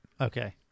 Okay